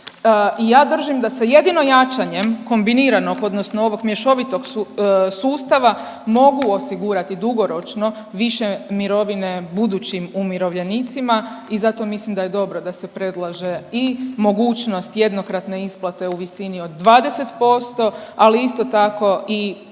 ja držim da se jedino jačanjem kombiniranog odnosno ovog mješovitog sustava mogu osigurati dugoročno više mirovine budućim umirovljenicima i zato mislim da je dobro da se predlaže i mogućnost jednokratne isplate u visini od 20% ali isto tako i